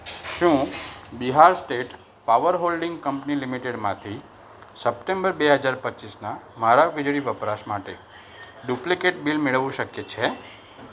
શું Bihar state power holding company લિમિટેડમાંથી September બે હજાર પચીસના મારા વીજળી વપરાશ માટે ડુપ્લિકેટ બિલ મેળવવું શક્ય છે